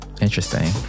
Interesting